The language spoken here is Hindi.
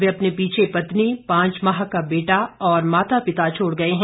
वे अपने पीछे पत्नी पांच माह का बेटा और माता पिता छोड़ गए हैं